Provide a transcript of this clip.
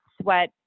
sweat